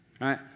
right